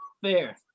fair